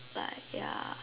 but ya